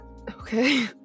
Okay